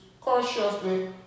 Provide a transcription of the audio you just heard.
cautiously